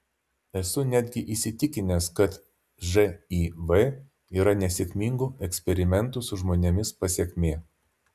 esu netgi įsitikinęs kad živ yra nesėkmingų eksperimentų su žmonėmis pasekmė